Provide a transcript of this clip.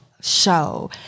show